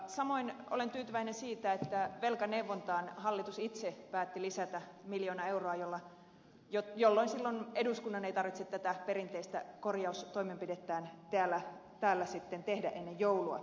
samoin olen tyytyväinen siitä että velkaneuvontaan hallitus itse päätti lisätä miljoona euroa jolloin eduskunnan ei tarvitse tätä perinteistä korjaustoimenpidettään täällä tehdä ennen joulua